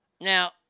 now